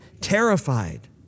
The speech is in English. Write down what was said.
terrified